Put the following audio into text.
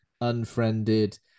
Unfriended